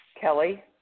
Kelly